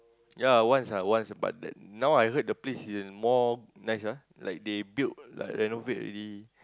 ya once ah once but now I heard the place is more nice ah like they built like renovate already